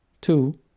Two